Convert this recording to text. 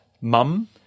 mum